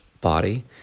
body